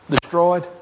destroyed